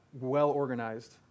well-organized